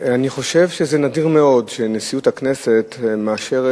אני חושב שזה נדיר מאוד שנשיאות הכנסת מאשרת